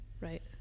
right